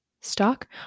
stock